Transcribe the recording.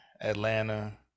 Atlanta